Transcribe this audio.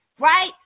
Right